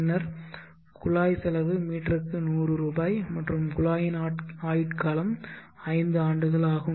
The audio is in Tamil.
பின்னர் குழாய் செலவு மீட்டருக்கு 100 ரூபாய் மற்றும் குழாயின் ஆயுட்காலம் ஐந்து ஆண்டுகள் ஆகும்